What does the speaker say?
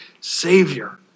savior